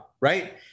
right